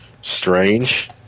Strange